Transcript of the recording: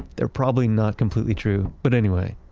they're probably not completely true. but anyway,